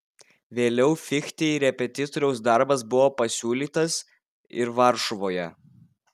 vėliau fichtei repetitoriaus darbas buvo pasiūlytas ir varšuvoje